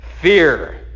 fear